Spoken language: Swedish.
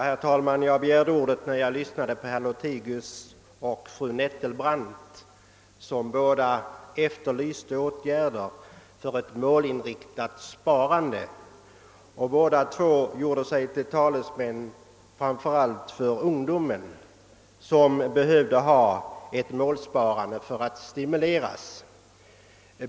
Herr talman! Jag begärde ordet sedan jag lyssnat till herr Lothigius och fru Nettelbrandt, vilka båda efterlyste åtgärder för ett målinriktat sparande. Båda gjorde sig till talesmän för framför allt ungdomen som behövde ha ett målsparande som stimulans.